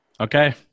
Okay